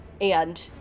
and-